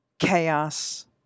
Chaos